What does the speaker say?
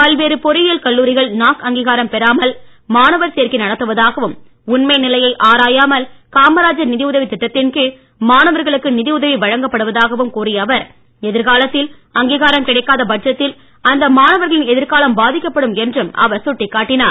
பல்வேறு பொறியியல் கல்லூரிகள் நாக் அங்கீகாரம் பெறாமல் மாணவர் சேர்க்கை நடத்துவதாகவும் உண்மை நிலையை ஆராயாமல் காமராஜர் நிதி உதவி திட்டத்தின்கீழ் மாணவர்களுக்கு நிதி உதவி வழங்கப்படுவதாகவும் கூறிய அவர் எதிர்காலத்தில் அங்கீகாரம் கிடைக்காத பட்சத்தில் அந்த மாணவர்களின் எதிர்காலம் பாதிக்கப்படும் என்றும் அவர் சுட்டிக்காட்டினார்